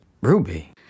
Ruby